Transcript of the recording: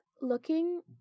looking